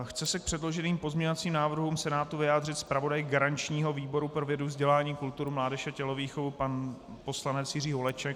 Chce se k předloženým pozměňovacím návrhům Senátu vyjádřit zpravodaj garančního výboru pro vědu, vzdělání, kulturu, mládež a tělovýchovu pan poslanec Jiří Holeček?